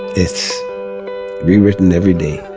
it's rewritten every day.